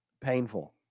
painful